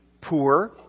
poor